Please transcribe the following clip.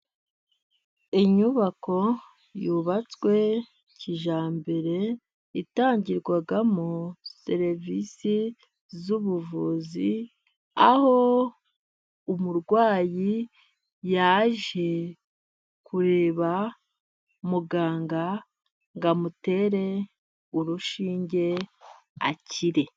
Inyubako yubatswe kijyambere, itangirwamo serivisi z'ubuvuzi, aho umurwayi yaje kureba muganga ngo amutere urushinge akire.